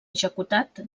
executat